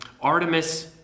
Artemis